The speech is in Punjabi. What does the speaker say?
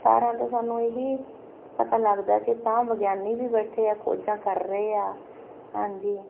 ਤਾਰਿਆਂ ਤੋਂ ਸਾਨੂੰ ਇਹੀ ਪਤਾ ਲੱਗਦਾ ਕਿ ਤਾਂ ਵਿਗਿਆਨੀ ਵੀ ਬੈਠੇ ਆ ਖੋਜਾਂ ਕਰ ਰਹੇ ਆ ਹਾਂਜੀ